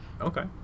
Okay